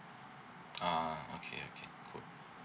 ah okay okay good